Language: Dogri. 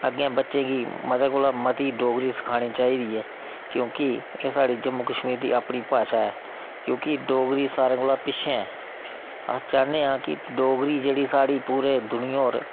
अग्गें बच्चें गी मती कोला मती डोगरी सखानी चाहिदी ऐ क्योंकि एह् साढ़ी जम्मू कश्मीर दी अपनी भाशा ऐ क्योंकि डोगरी सारें कोला पिच्छें अस चाह्न्ने आं कि डोगरी जेह्ड़ी साढ़ी पूरी दूनिया र